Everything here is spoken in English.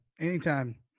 anytime